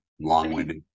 Long-winded